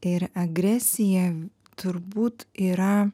ir agresija turbūt yra